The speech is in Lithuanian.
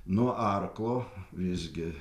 nuo arklo visgi